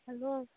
hello